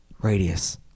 Radius